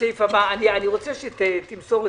הישיבה